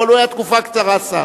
אבל הוא היה תקופה קצרה שר.